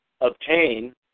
obtain